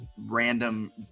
random